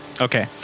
Okay